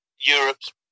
Europe's